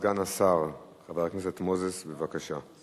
סגן השר חבר הכנסת מוזס, בבקשה.